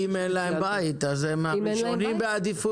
אם אין להם בית אז הם ראשונים בעדיפות.